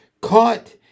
Caught